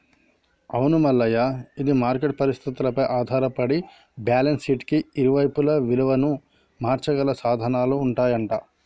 అవును మల్లయ్య ఇది మార్కెట్ పరిస్థితులపై ఆధారపడి బ్యాలెన్స్ షీట్ కి ఇరువైపులా విలువను మార్చగల సాధనాలు ఉంటాయంట